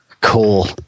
Cool